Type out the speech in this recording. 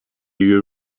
you